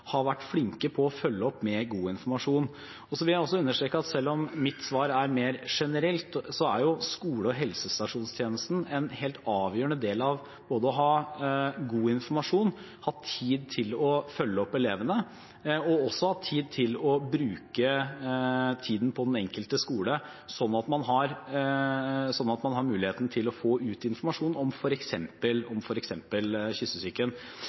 har vært flinke til å følge opp med god informasjon. Jeg vil også understreke at selv om mitt svar er mer generelt, er jo skole- og helsestasjonstjenesten helt avgjørende for både å ha god informasjon, ha tid til å følge opp elevene og også kunne bruke tid på den enkelte skole, sånn at man har mulighet til å få ut informasjon om f.eks. kyssesyken.